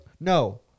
No